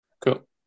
Cool